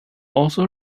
also